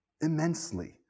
immensely